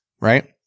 right